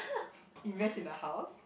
invest in a house